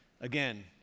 again